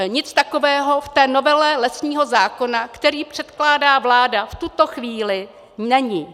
Nic takového v novele lesního zákona, kterou předkládá vláda, v tuto chvíli není.